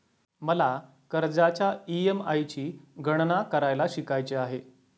मला कर्जाच्या ई.एम.आय ची गणना करायला शिकायचे आहे